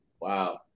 Wow